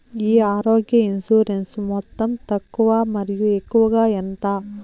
ఈ ఆరోగ్య ఇన్సూరెన్సు మొత్తం తక్కువ మరియు ఎక్కువగా ఎంత?